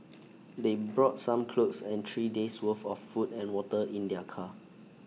they brought some clothes and three days' worth of food and water in their car